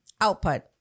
output